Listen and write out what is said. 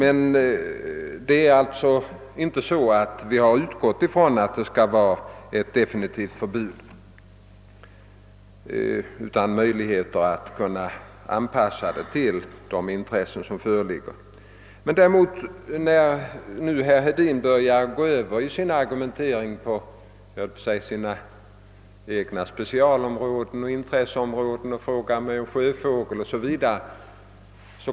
Vi har alltså utgått från att förbudet inte skall vara definitivt utan kunna anpassas till de intressen som föreligger. När herr Hedin i sin argumentering kommer in på sina egna specialområden och frågar mig om sjöfågel etc.